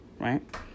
right